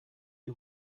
die